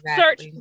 search